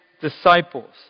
disciples